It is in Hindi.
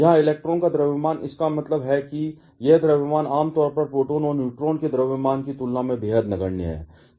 यहां इलेक्ट्रॉन का द्रव्यमान इसका मतलब है कि यह द्रव्यमान आम तौर पर प्रोटॉन और न्यूट्रॉन के द्रव्यमान की तुलना में बेहद नगण्य है